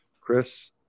Chris